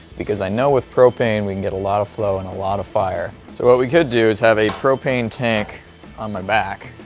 because i know with propane we can get a lot of flow and a lot of fire. so what we could do is have a propane tank on my back.